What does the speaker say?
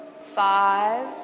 five